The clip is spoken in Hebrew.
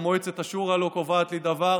גם מועצת השורא לא קובעת לי דבר.